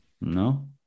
No